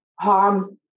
harm